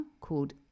called